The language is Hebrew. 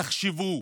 תחשבו.